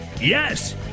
yes